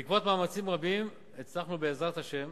בעקבות מאמצים רבים הצלחנו, בעזרת השם,